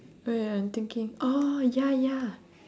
uh wait I'm thinking oh ya ya